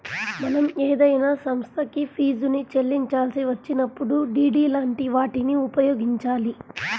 మనం ఏదైనా సంస్థకి ఫీజుని చెల్లించాల్సి వచ్చినప్పుడు డి.డి లాంటి వాటిని ఉపయోగించాలి